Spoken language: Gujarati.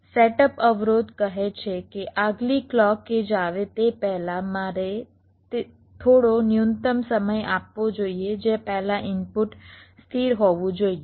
પરંતુ સેટઅપ અવરોધ કહે છે કે આગલી ક્લૉક એડ્જ આવે તે પહેલા તેથી મારે થોડો ન્યુનતમ સમય આપવો જોઈએ જે પહેલાં ઇનપુટ સ્થિર હોવું જોઈએ